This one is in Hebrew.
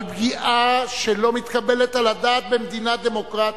על פגיעה שלא מתקבלת על הדעת במדינה דמוקרטית.